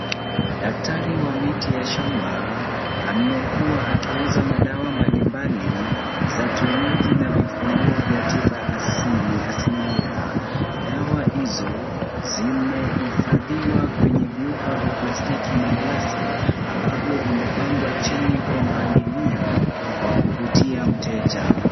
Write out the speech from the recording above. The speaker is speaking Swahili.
Daktari wa miti ya shamba amekuwa akiuza madawa mbalimbali za kienyeji na vifunguo vya tiba asilia. Dawa hizo zimehifadhiwa kwenye vyupa vya plastiki na glasi ambavyo vimepangwa chini kwa mpangilio wa kuvutia mteja.